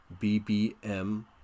BBM